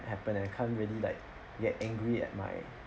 it happened and can't really like get angry at my